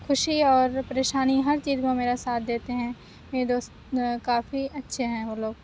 خوشی اور پریشانی ہر چیز میں میرا ساتھ دیتے ہیں میرے دوست کافی اچھے ہیں وہ لوگ